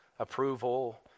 approval